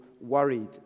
worried